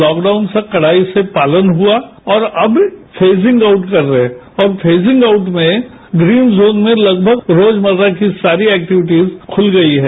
lockdown का कड़ाई से पालन हुआ और अब फेजिंग आउट कर रहे हैं और फेजिंग आउट में ग्रीन जोन में लगभग रोजमर्रा की सारी एक्टिविटीज खुल गई हैं